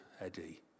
Eddie